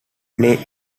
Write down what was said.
play